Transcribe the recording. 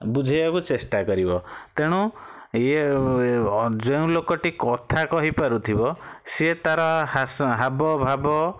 ବୁଝାଇବାକୁ ଚେଷ୍ଟା କରିବ ତେଣୁ ଇଏ ଯେଉଁ ଲୋକଟି କଥା କହିପାରୁଥିବ ସିଏ ତାର ହାସ ହାବ ଭାବ